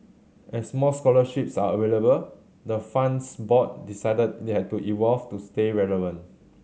as more scholarships are available the fund's board decided it had to evolve to stay relevant